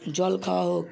জল খাওয়া হোক